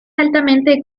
altamente